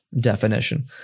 definition